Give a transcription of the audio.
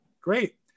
Great